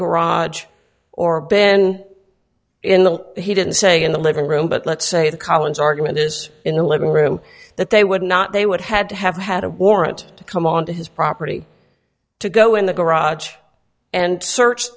garage or been in the he didn't say in the living room but let's say the collins argument is in the living room that they would not they would had to have had a warrant to come onto his property to go in the garage and search